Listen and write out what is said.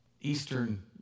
Eastern